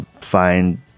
Find